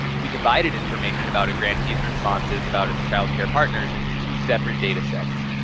we divided information about a grantee's responses about its child care partners into two separate data sets.